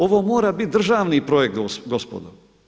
Ovo mora bit državni projekt gospodo.